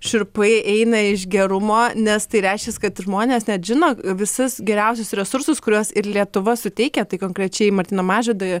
šiurpai eina iš gerumo nes tai reiškias kad žmonės net žino visus geriausius resursus kuriuos ir lietuva suteikia tai konkrečiai martyno mažvydo